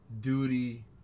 duty